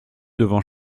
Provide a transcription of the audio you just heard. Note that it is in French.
devant